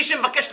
מי שמבקש לקצר,